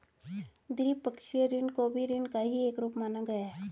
द्विपक्षीय ऋण को भी ऋण का ही एक रूप माना गया है